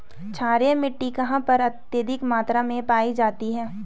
क्षारीय मिट्टी कहां पर अत्यधिक मात्रा में पाई जाती है?